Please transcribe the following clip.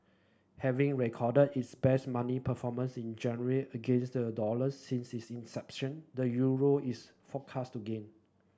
having recorded its best monthly performance in January against the dollar since its inception the euro is forecast to gain